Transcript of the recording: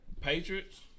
Patriots